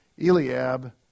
Eliab